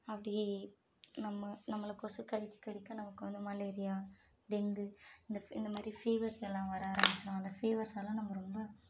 அப்படியே நம்ம நம்மள கொசு கடிக்க கடிக்க நமக்கு வந்து மலேரியா டெங்கு இந்த இந்த மாதிரி ஃபீவர்ஸ் எல்லாம் வர ஆரமிச்சுடும் அந்த ஃபீவர்ஸ் எல்லாம் நம்ம ரொம்ப